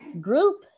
Group